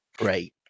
Right